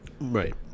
Right